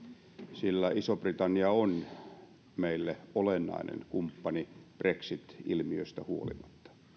sillä iso britannia on meille olennainen kumppani brexit ilmiöstä huolimatta